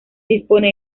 dispone